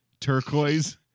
Turquoise